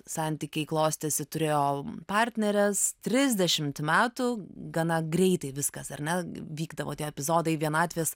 santykiai klostėsi turėjo partneres trisdešimt metų gana greitai viskas ar ne vykdavo tie epizodai vienatvės